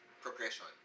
progression